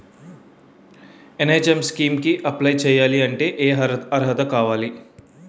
NHM scheme కి apply చేయాలి అంటే ఏ అర్హత కావాలి?